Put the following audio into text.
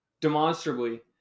Demonstrably